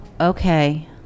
okay